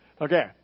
Okay